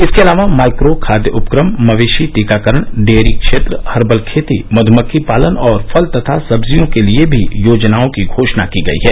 इसके अलावा माइक्रो खाद्य उपक्रम मवेशी टीकाकरण डेयरी क्षेत्र हर्बल खेती मध्मक्खी पालन और फल तथा सब्जियों के लिए भी योजनाओं की घोषणा की गई है